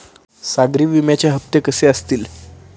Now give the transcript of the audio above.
सागरी विम्याचे हप्ते कसे असतील?